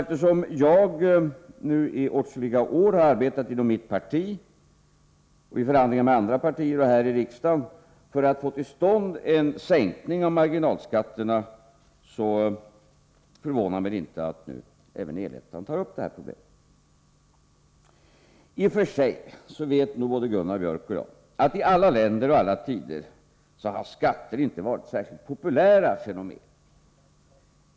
Eftersom jag under åtskilliga år har arbetat inom mitt parti — och i förhandlingar med andra partier och här i riksdagen — för att få till stånd en sänkning av marginalskatterna, så förvånar det mig inte att även Elettan tar upp det här problemet. I och för sig vet nog både Gunnar Biörck och jag att i alla länder och i alla tider har skatter inte varit särskilt populära fenomen.